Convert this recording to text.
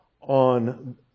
on